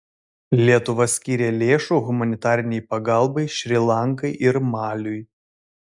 lietuva skyrė lėšų humanitarinei pagalbai šri lankai ir maliui